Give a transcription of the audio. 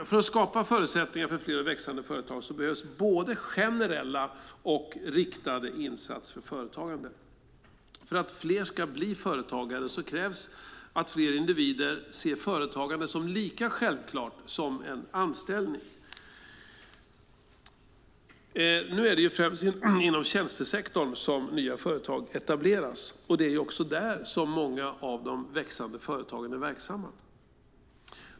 För att skapa förutsättningar för fler växande företag behövs både generella och riktade insatser för företagande. För att fler ska bli företagare krävs att fler individer ser företagande som lika självklart som en anställning. Nu är det främst inom tjänstesektorn som nya företag etableras, och det är också där många av de växande företagen är verksamma.